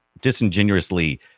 disingenuously